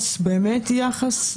באמת יחס.